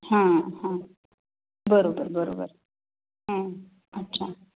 हां हां बरोबर बरोबर हां अच्छा